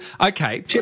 okay